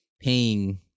paying